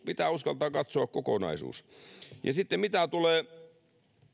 pitää uskaltaa katsoa kokonaisuus ja sitten mitä tulee